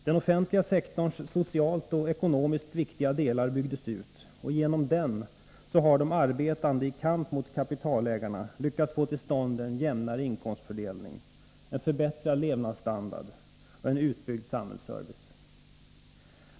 Den offentliga sektorns socialt och ekonomiskt viktiga delar byggdes ut, och genom den har de arbetande i kamp mot kapitalägarna lyckats få till stånd jämnare inkomstfördelning, förbättrad levnadsstandard och utbyggd samhällsservice.